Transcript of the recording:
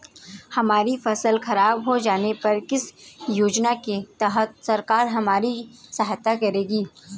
हमारी फसल खराब हो जाने पर किस योजना के तहत सरकार हमारी सहायता करेगी?